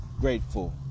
grateful